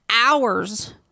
hours